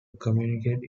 communicate